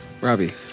Robbie